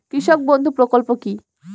কৃষক বন্ধু প্রকল্প কি?